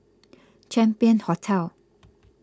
Champion Hotel